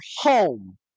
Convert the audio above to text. home